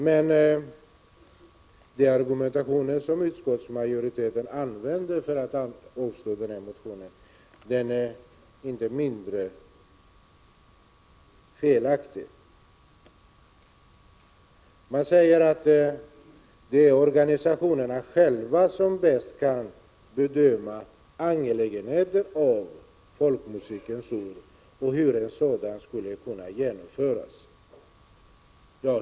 Den argumentation som utskottsmajoriteten använder för att avslå motionen är i alla fall felaktig. Man säger att organisationerna själva bäst kan bedöma angelägenheten av ett Folkmusikens år och sättet att genomföra detta.